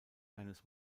eines